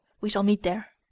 we shall meet there.